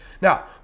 Now